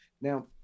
Now